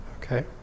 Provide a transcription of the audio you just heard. okay